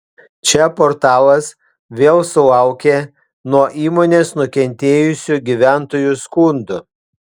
čia portalas vėl sulaukė nuo įmonės nukentėjusių gyventojų skundų